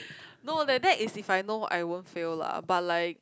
no that that is if I know I won't fail lah but like